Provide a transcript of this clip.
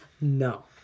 No